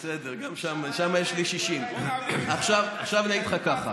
שם יש לי 60. עכשיו אני אגיד לך כך,